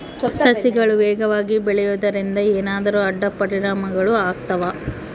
ಸಸಿಗಳು ವೇಗವಾಗಿ ಬೆಳೆಯುವದರಿಂದ ಏನಾದರೂ ಅಡ್ಡ ಪರಿಣಾಮಗಳು ಆಗ್ತವಾ?